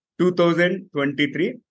2023